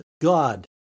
God